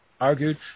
argued